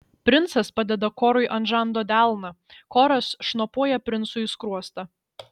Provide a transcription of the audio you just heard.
princas padeda korui ant žando delną koras šnopuoja princui į skruostą